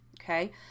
Okay